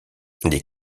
les